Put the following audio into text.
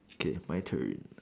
okay my turn